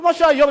כמו שהיום,